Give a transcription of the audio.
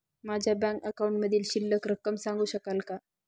माझ्या बँक अकाउंटमधील शिल्लक रक्कम सांगू शकाल का?